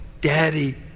Daddy